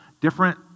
different